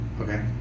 Okay